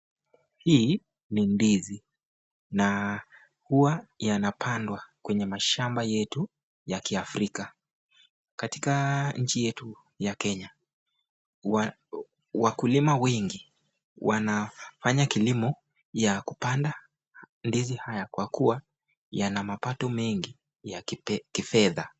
Hii ni ndizi. Na huwa yanapandwa kwenye mashamba yetu ya Kiafrika. Katika nchi yetu ya Kenya. Wakulima wengi wanafanya kilimo ya kupanda ndizi haya kwa kuwa yana mapato mengi ya kifedha.